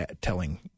telling